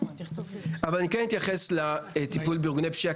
אבל אני כן אתייחס לארגוני הפשיעה.